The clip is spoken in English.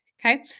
Okay